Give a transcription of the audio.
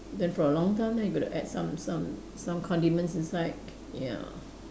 then for a long time then you got to add some some some condiments inside ya